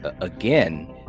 again